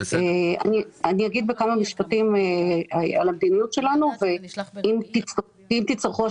אני אתייחס בכמה משפטים למדיניות שלנו ואם אחר כך תצטרכו השלמה,